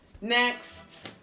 Next